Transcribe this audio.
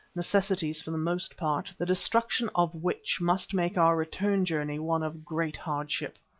necessities for the most part, the destruction of which must make our return journey one of great hardship.